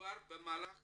מדובר במהלך